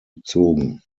bezogen